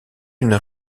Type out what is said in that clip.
une